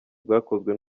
bwakozwe